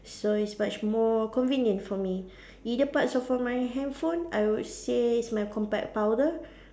so it's much more convenient for me either parts of my handphone I would say is my compact powder